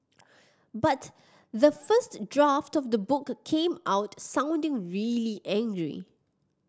but the first draft of the book came out sounding really angry